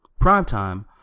Primetime